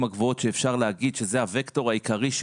הגבוהות שאפשר להגיד שזה הווקטור העיקרי,